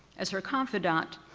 as her confidant,